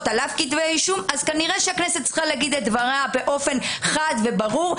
וכתבי אישום אז כנראה שהכנסת צריכה לומר את דברה באופן חד וברור.